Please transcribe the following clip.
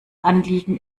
anliegen